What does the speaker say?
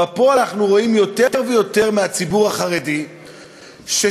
בפועל אנחנו רואים יותר ויותר מהציבור החרדי ששואפים,